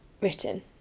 written